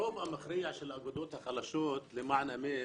הרוב המכריע של האגודות החלשות, למען האמת